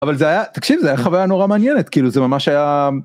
אבל זה היה תקשיב זה היה חוויה נורא מעניינת כאילו זה ממש היה.